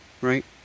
right